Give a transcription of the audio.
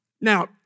Now